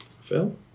Phil